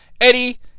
Eddie